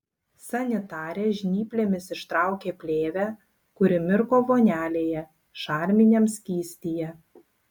sanitarė žnyplėmis ištraukė plėvę kuri mirko vonelėje šarminiam skystyje